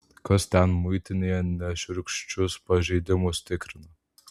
kas ten muitinėje nešiurkščius pažeidimus tikrina